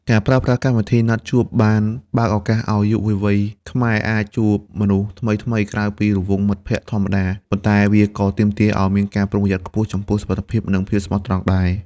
ការប្រើប្រាស់កម្មវិធីណាត់ជួប បានបើកឱកាសឱ្យយុវវ័យខ្មែរអាចជួបមនុស្សថ្មីៗក្រៅពីរង្វង់មិត្តភក្ដិធម្មតា ប៉ុន្តែវាក៏ទាមទារឱ្យមានការប្រុងប្រយ័ត្នខ្ពស់ចំពោះសុវត្ថិភាព និងភាពស្មោះត្រង់ដែរ។